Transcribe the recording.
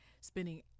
spending